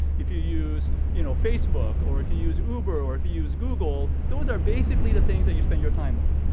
if you use you know facebook or if you use uber or if you use google. those are basically the things that you spend your time with.